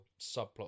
subplot